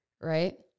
right